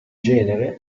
genere